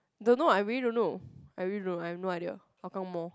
don't know I really don't know I really no I have no idea how come more